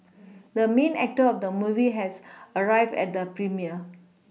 the main actor of the movie has arrived at the premiere